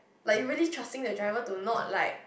like you really trusting the driver to not like